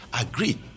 Agreed